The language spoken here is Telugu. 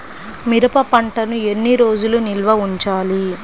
మిరప పంటను ఎన్ని రోజులు నిల్వ ఉంచాలి?